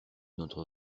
notre